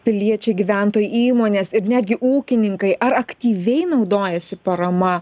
piliečiai gyventojai įmonės ir netgi ūkininkai ar aktyviai naudojasi parama